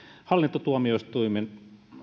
hallintotuomioistuinten